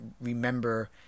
remember